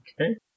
Okay